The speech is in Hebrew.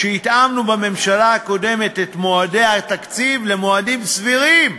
כשהתאמנו בממשלה הקודמת את מועדי התקציב למועדים סבירים,